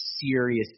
serious